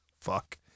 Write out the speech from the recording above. Fuck